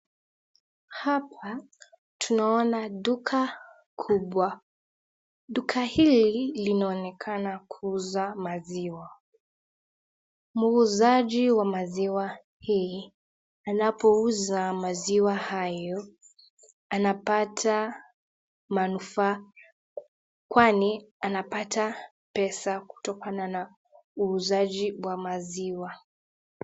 Hapa tunaona duka kubwa, duka hili linaonekana ni la kuuza maziwa, muuzaji wa maziwa hii, anapouza maziwa hayo, anapata manufaa kwani anapata pesa kutoka na uuzaji wa maziwa.